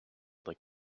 that